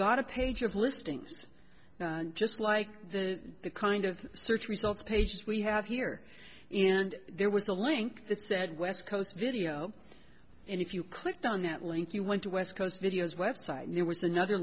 got a page of listings just like the kind of search results pages we have here and there was a link that said west coast video and if you clicked on that link you went to west coast videos website and there was another